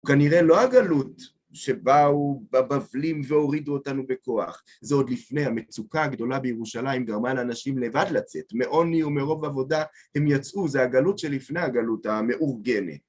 כנראה לא הגלות שבאו בבבלים והורידו אותנו בכוח, זה עוד לפני, המצוקה הגדולה בירושלים גרמה לאנשים לבד לצאת. מעוני ומרוב עבודה הם יצאו, זה הגלות שלפני הגלות המאורגנת.